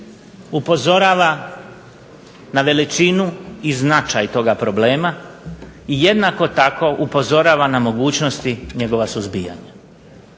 upozorava na veličinu i značaj toga problema i jednako tako upozorava na mogućnosti njegova suzbijanja.